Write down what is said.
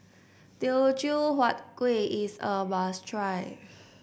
Teochew Huat Kuih is a must try